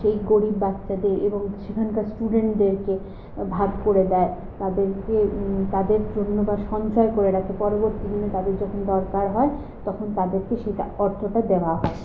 সেই গরীব বাচ্ছাদের এবং সেখানকার স্টুডেন্টদেরকে ভাগ করে দেয় তাদেরকে তাদের জন্য বা সঞ্চয় করে রাখে পরবর্তী দিনে তাদের যখন দরকার হয় তখন তাদেরকে সেটা অর্থটা দেওয়া হয়